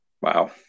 Wow